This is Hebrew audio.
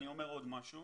אני אומר עוד משהו